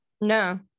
No